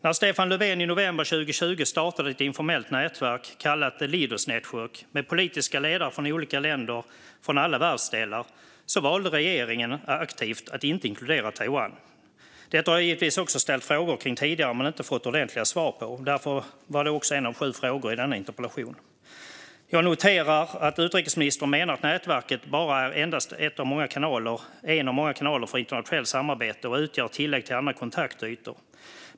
När Stefan Löfven i november 2020 startade ett informellt nätverk, kallat the Leaders Network, med politiska ledare från olika länder och alla världsdelar valde regeringen aktivt att inte inkludera Taiwan. Detta har jag givetvis också ställt frågor om tidigare men inte fått några ordentliga svar. Därför var det också en av sju frågor i denna interpellation. Jag noterar att utrikesministern menar att nätverket endast är en av många kanaler för internationellt samarbete och utgör tillägg till andra kontaktytor.